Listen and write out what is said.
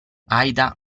aida